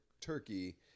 turkey